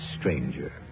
stranger